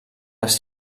les